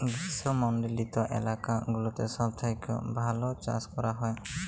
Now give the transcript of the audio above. গ্রীস্মমন্ডলিত এলাকা গুলাতে সব থেক্যে ভাল চাস ক্যরা হ্যয়